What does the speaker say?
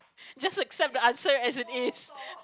just accept the answer as it is